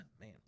man